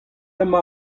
emañ